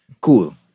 Cool